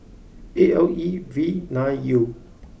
A L E V nine U